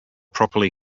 properly